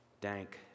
dank